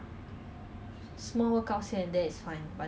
oh but 你这样多朋友我不要跟你们一起